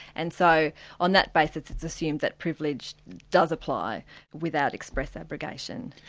and so on that basis, it's assumed that privilege does apply without express abrogation.